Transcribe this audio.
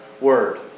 Word